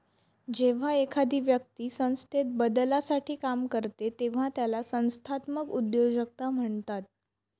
जेव्हा एखादी व्यक्ती संस्थेत बदलासाठी काम करते तेव्हा त्याला संस्थात्मक उद्योजकता म्हणतात